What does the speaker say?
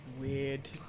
weird